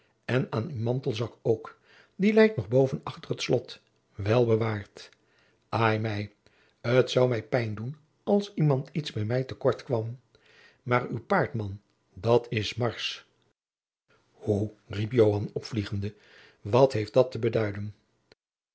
en an oe mantelzak ook die leit nog boven achter t slot wel bewaôrd ai mij t zoû mij pijn doen als iemand iets bij mij te kort kwam maôr oe paôrd man dat is marsch hoe riep joan opvliegende wat heeft dat te beduiden